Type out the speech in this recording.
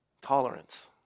Tolerance